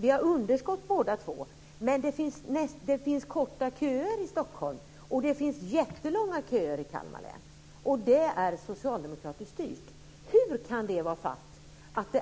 Vi har underskott båda två, men det finns korta köer i Stockholm och jättelånga köer i Kalmar län. Och det är socialdemokratiskt styrt. Hur kan det vara så